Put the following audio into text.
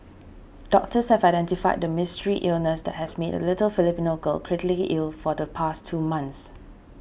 doctors have identified the mystery illness that has made a little Filipino girl critically ill for the past two months